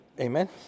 amen